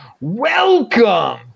Welcome